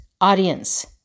audience